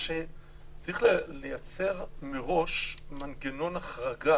צריך לייצר מראש מנגנון החרגה.